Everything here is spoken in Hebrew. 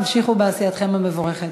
תמשיכו בעשייתכם המבורכת.